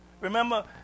Remember